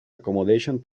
accommodation